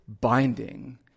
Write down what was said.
binding